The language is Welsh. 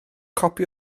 copi